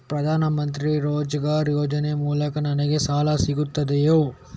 ಪ್ರದಾನ್ ಮಂತ್ರಿ ರೋಜ್ಗರ್ ಯೋಜನೆ ಮೂಲಕ ನನ್ಗೆ ಸಾಲ ಸಿಗುತ್ತದೆಯೇ?